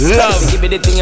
Love